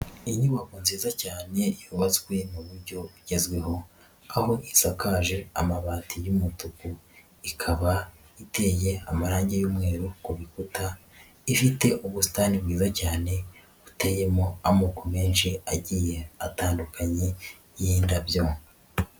Inyubako nziza cyane yubatswe mu buryo bugezweho, aho isakaje amabati y'umutuku, ikaba iteye amarangi y'umweru ku bikuta, ifite ubusitani bwiza cyane buteyemo amoko menshi agiye atandukanye y'indabyo.